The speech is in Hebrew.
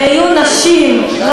ויהיו נשים,